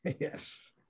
yes